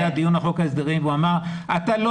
עת היה דיון על חוק ההסדרים והוא אמר: אתה לא